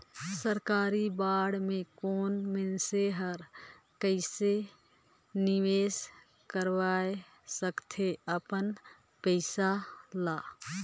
सरकारी बांड में कोनो मइनसे हर कइसे निवेश कइर सकथे अपन पइसा ल